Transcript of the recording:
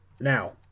Now